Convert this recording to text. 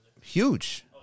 huge